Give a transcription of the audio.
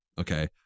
okay